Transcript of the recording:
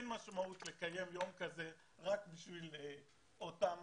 אין משמעות לקיים יום כזה רק בשביל אותה